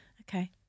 Okay